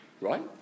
Right